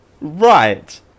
right